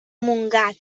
montgat